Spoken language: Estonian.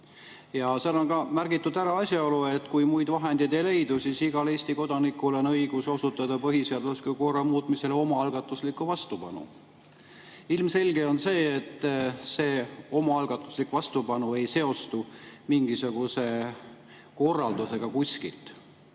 Ja seal on ka märgitud ära asjaolu, et kui muid vahendeid ei leidu, siis igal Eesti kodanikul on õigus osutada põhiseadusliku korra muutmisele omaalgatuslikku vastupanu. Ilmselge on, et see omaalgatuslik vastupanu ei seostu mingisuguse korraldusega kuskilt.